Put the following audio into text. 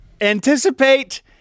anticipate